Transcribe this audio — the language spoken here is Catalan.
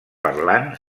parlant